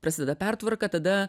prasideda pertvarka tada